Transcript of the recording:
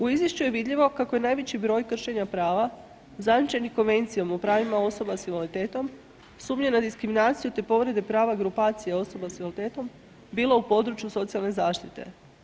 U izvješću je vidljivo kako je najveći broj kršenja prava zajamčenih Konvencijom o pravima osoba s invaliditetom, sumnje na diskriminaciju te povrede prava grupacije osoba s invaliditetom bilo u području socijalne zaštite.